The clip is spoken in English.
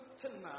tonight